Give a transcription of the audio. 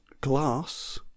glass